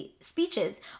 speeches